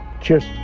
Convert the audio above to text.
Cheers